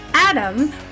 Adam